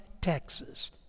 Texas